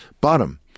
bottom